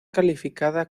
calificada